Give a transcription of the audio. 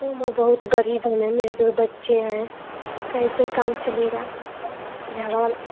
फ़िर मैं बहुत गरीब हूँ मैम मेरे दो बच्चे हैं कैसे काम चलेगा झगड़ा लड़ाई